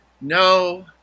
no